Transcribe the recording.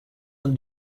and